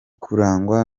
kurangwa